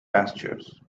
pastures